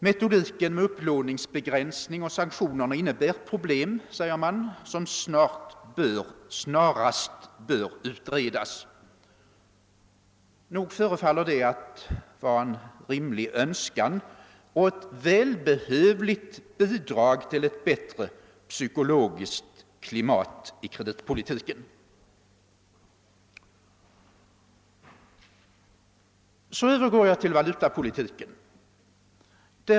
Metodiken med upplåningsbegränsning och sanktioner innebär problem, säger man, som snarast bör utredas. Nog förefaller det vara en rimlig önskan och ett välbehövligt bidrag till ett bättre psykologiskt klimat i kreditpolitiken. Jag övergår så till valutapolitiken.